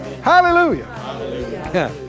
Hallelujah